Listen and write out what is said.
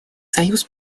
союз